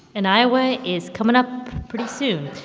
and iowa is coming up pretty soon,